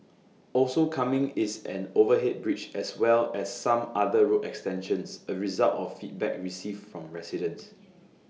also coming is an overhead bridge as well as some other road extensions A result of feedback received from residents